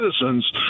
citizens